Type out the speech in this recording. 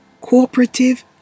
cooperative